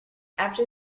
after